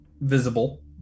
visible